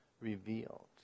revealed